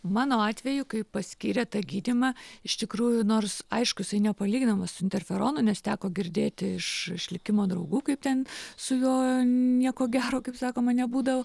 mano atveju kai paskyrė tą gydymą iš tikrųjų nors aišku jisai nepalyginamas su interferonu nes teko girdėti iš iš likimo draugų kaip ten su juo nieko gero kaip sakoma nebūdavo